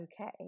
okay